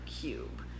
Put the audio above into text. cube